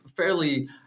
fairly